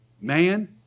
Man